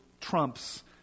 trumps